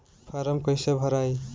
Form कईसे भराई?